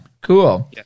Cool